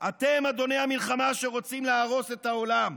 "אתם, אדוני המלחמה שרוצים להרוס את העולם.